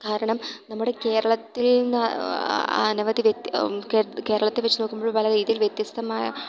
കാരണം നമ്മുടെ കേരളത്തിൽനിന്ന് അനവധി കേരളത്തെ വെച്ച് നോക്കുമ്പോൾ പല രീതിയിൽ വ്യത്യസ്തമായ